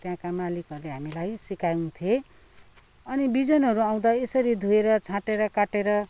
त्यहाँका मालिकहरूले हामीलाई सिकाउँथ्ये अनि बिजनहरू आउँदा यसरी धोएर छाँटेर काटेर